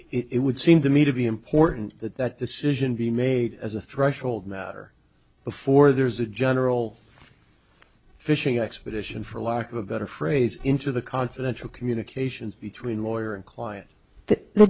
it would seem to me to be important that that decision be made as a threshold matter before there's a general fishing expedition for lack of a better phrase into the confidential communications between